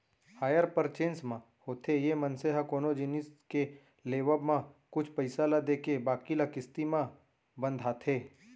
hire purchase म होथे ये मनसे ह कोनो जिनिस के लेवब म कुछ पइसा ल देके बाकी ल किस्ती म बंधाथे